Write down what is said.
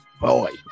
Boy